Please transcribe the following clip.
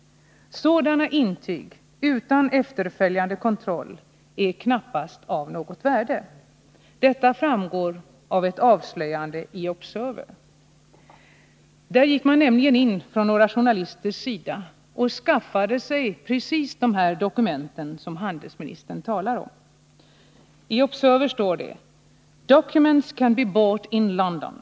Sådana intyg utan efterföljande kontroll är knappast av något värde. Detta framgår av ett avslöjande i Observer av några journalister som skaffat sig precis de dokument som handelsministern talar om. I Observer står: ”Documents can be bought in London.